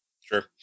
Sure